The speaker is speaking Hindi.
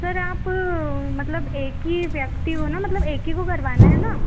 सर आप मतलब एक ही व्यक्ति हो न मतलब एक ही को करवाना है न